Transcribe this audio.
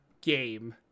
game